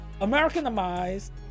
Americanized